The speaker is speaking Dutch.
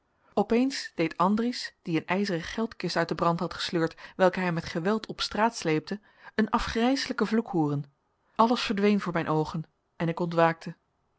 opeens deed andries die een ijzeren geldkist uit den brand had gesleurd welke hij met geweld op straat sleepte een afgrijselijken vloek hooren alles verdween voor mijn oogen en ik ontwaakte